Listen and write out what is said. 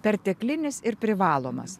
perteklinis ir privalomas